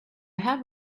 have